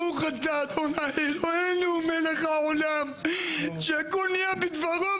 ברוך אתה ה' אלוהינו מלך העולם שהכול נהיה בדברו.